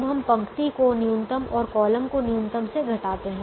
अब हम पंक्ति को न्यूनतम और कॉलम को न्यूनतम से घटाते हैं